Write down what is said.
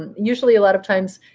and usually, a lot of times,